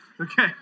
Okay